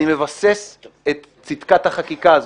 אני מבסס את צדקת החקיקה הזו.